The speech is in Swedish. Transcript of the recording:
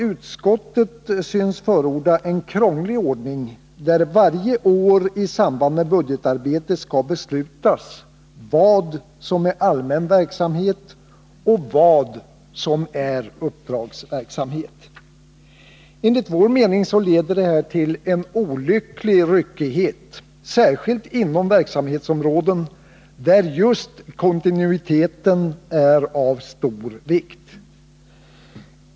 Utskottet synes förorda en krånglig ordning, där det varje år i samband med budgetarbetet skall beslutas vad som är allmän verksamhet och vad som är uppdragsverksamhet. Enligt vår mening leder detta till en olycklig ryckighet, särskilt inom verksamhetsområden där just kontinuitet är av stor vikt.